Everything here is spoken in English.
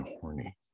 horny